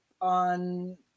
on